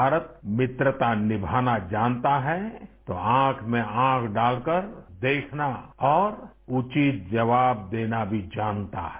भारत भित्रता निभाना जानता है तो आँख में आँख डालकर देखना और उचित जवाब देना भी जानता है